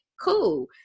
cool